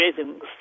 amazing